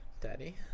Daddy